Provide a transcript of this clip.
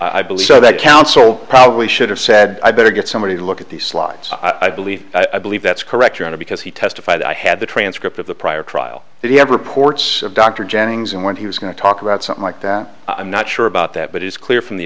i believe so that counsel probably should have said i better get somebody to look at these slides i believe i believe that's correct your honor because he testified i had the transcript of the prior trial that he had reports of dr jennings and when he was going to talk about something like that i'm not sure about that but it's clear from the